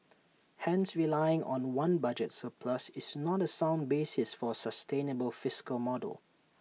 hence relying on one budget surplus is not A sound basis for A sustainable fiscal model